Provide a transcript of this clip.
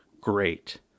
Great